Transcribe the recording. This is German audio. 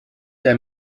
der